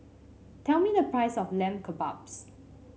tell me the price of Lamb Kebabs